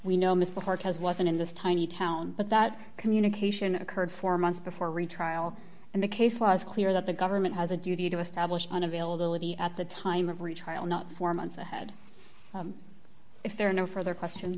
we know missed before because wasn't in this tiny town but that communication occurred for months before a retrial and the case law is clear that the government has a duty to establish an availability at the time of retrial not four months ahead if there are no further question